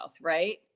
right